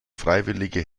freiwillige